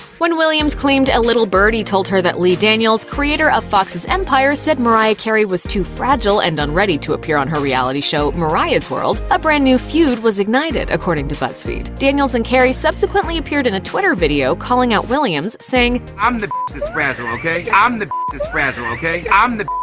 when williams claimed a little birdie told her that lee daniels, creator of fox's empire, said mariah carey was too fragile and unready to appear on her reality show, mariah's world, a brand new feud was ignited, according to buzzfeed. daniels and carey subsequently appeared in a twitter video calling out williams, saying, i'm the b that's fragile, okay? i'm the b that's fragile, okay? i'm the